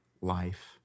life